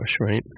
right